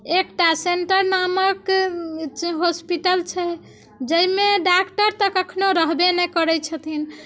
एकटा सेंटर नामक होस्पिटल छै जाहिमे डॉक्टर तऽ कखनो रहबे नहि करैत छथिन